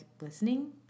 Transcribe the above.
listening